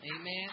Amen